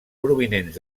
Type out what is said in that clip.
provinents